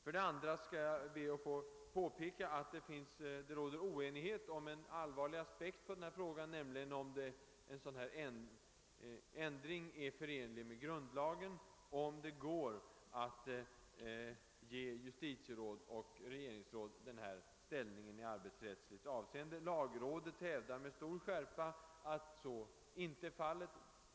För det andra skall jag be att få påpeka att det råder oenighet om en allvarlig aspekt på denna fråga, nämligen om det är förenligt med grundlagen att ge justitieråd och regeringsråd denna ställning i arbetsrättsligt avseende. Lagrådet hävdar med stor skärpa att så inte är fallet.